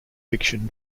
fiction